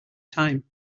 time